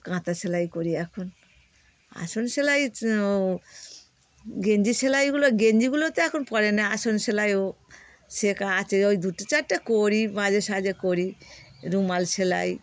কাঁথা সেলাই করি এখন আসন সেলাই ও গেঞ্জি সেলাইগুলো গেঞ্জিগুলো তো এখন পরে না আসন সেলাইও সে আছে ওই দুটো চারটে করি মাঝে সাঝে করি রুমাল সেলাই